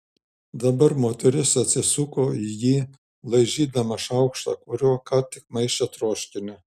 dabar moteris atsisuko į jį laižydama šaukštą kuriuo ką tik maišė troškinį